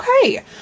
okay